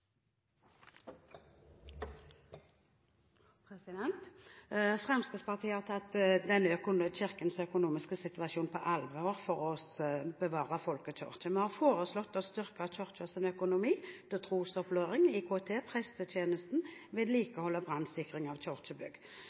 oppfølgingsspørsmål. Fremskrittspartiet har tatt Kirkens økonomiske situasjon på alvor for å bevare folkekirken. Vi har foreslått å styrke Kirkens økonomi til trosopplæring, IKT, prestetjenesten, vedlikehold og brannsikring av